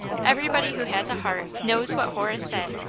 everybody who has a heart knows what horace said,